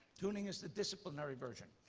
tuning is the disciplinary version.